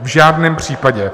V žádném případě.